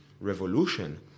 revolution